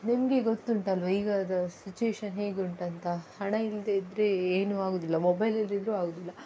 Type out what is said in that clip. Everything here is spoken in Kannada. ನಿಮಗೆ ಗೊತ್ತುಂಟಲ್ಲವಾ ಈಗ ಅದು ಸಿಚುಯೇಷನ್ ಹೇಗೆ ಉಂಟಂತ ಹಣ ಇಲ್ಲದೆ ಇದ್ದರೆ ಏನು ಆಗೋದಿಲ್ಲ ಮೊಬೈಲ್ ಇಲ್ಲದಿದ್ರೂ ಆಗೋದಿಲ್ಲ